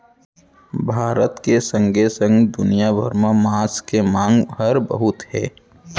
भारत के संगे संग दुनिया भर म मांस के मांग हर बहुत हे